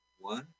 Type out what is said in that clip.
One